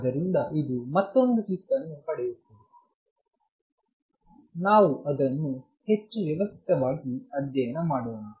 ಆದ್ದರಿಂದ ಇದು ಮತ್ತೊಂದು ಕಿಕ್ ಅನ್ನು ಪಡೆಯುತ್ತದೆ ನಾವು ಅದನ್ನು ಹೆಚ್ಚು ವ್ಯವಸ್ಥಿತವಾಗಿ ಅಧ್ಯಯನ ಮಾಡೋಣ